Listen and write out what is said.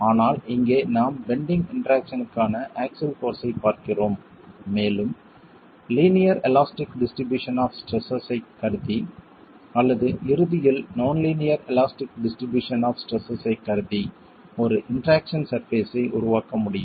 ஆனால் இங்கே நாம் பெண்டிங் இன்டெராக்சன்க்கான ஆக்ஸில் போர்ஸ் ஐப் பார்க்கிறோம் மேலும் linear elastic distribution of stresses ஐக் கருதி அல்லது இறுதியில் நான் linear elastic distribution of stresses ஐக் கருதி ஒரு இன்டெராக்சன் சர்பேஸ் ஐ உருவாக்க முடியும்